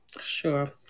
Sure